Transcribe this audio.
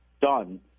done